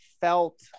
felt